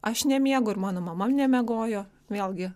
aš nemiegu ir mano mama nemiegojo vėlgi